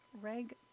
Reg